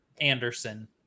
Anderson